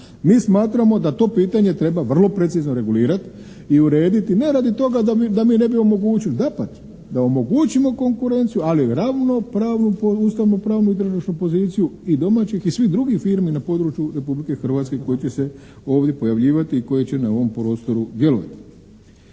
Mi smatramo da to pitanje treba vrlo precizno regulirati i urediti ne radi toga da mi ne bi omogućili. Dapače, da omogućimo konkurenciju, ali ravnopravnu ustavno-pravnu i tržišnu poziciju i domaćeg i svih drugih firmi na području Republike Hrvatske koje će se ovdje pojavljivati i koje će na ovom prostoru djelovati.